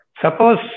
Suppose